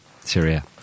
Syria